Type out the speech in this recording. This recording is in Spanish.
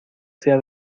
sea